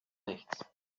nichts